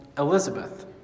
Elizabeth